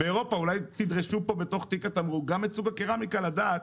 אולי תדרשו כאן בתיק התמרוק גם את סוג הקרמיקה כדי לדעת.